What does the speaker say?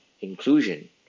inclusion